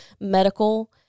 medical